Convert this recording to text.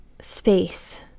space